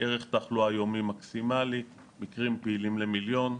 ערך תחלואה יומי מקסימלי, מקרים פעילים למיליון,